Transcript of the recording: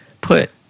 put